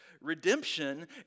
redemption